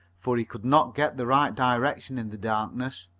for he could not get the right direction in the darkness.